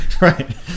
right